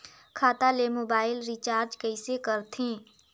खाता से mobile recharge कइसे करथे